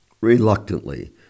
Reluctantly